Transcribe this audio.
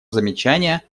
замечания